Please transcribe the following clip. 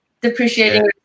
depreciating